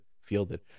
fielded